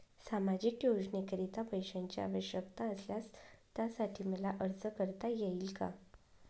सामाजिक योजनेकरीता पैशांची आवश्यकता असल्यास त्यासाठी मला अर्ज करता येईल का?